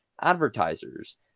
advertisers